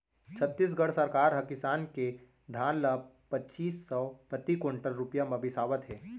छत्तीसगढ़ सरकार ह किसान के धान ल पचीस सव प्रति कोंटल रूपिया म बिसावत हे